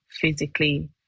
physically